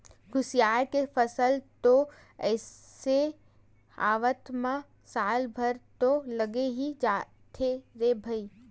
खुसियार के फसल तो अइसे आवत म साल भर तो लगे ही जाथे रे भई